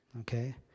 okay